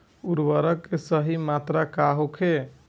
उर्वरक के सही मात्रा का होखे?